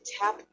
tap